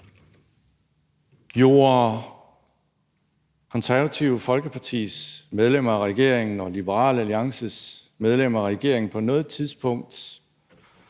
Gjorde Konservative Folkepartis medlemmer af regeringen og Liberal Alliances medlemmer af regeringen på noget tidspunkt